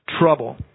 trouble